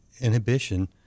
inhibition